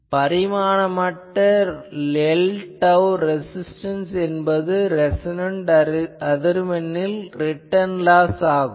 பரிமாணமற்ற Lr res என்பது resonant அதிர்வெண்ணில் ரிட்டர்ன் லாஸ் ஆகும்